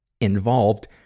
involved